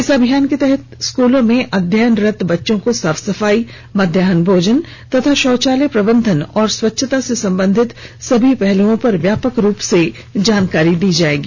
इस अभियान के तहत स्कूलों में अध्ययनरत बच्चों को साफ सफाई मध्याह्व भोजन तथा शौचालय प्रबंधन एवं स्वच्छता से संबंधित सभी पहलुओं पर व्यापक रूप से जानकारी दी जाएगी